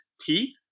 teeth